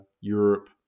Europe